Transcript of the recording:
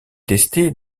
testée